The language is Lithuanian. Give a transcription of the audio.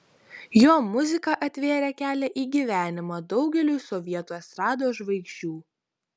jo muzika atvėrė kelią į gyvenimą daugeliui sovietų estrados žvaigždžių